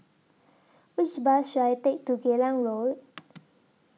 Which Bus should I Take to Geylang Road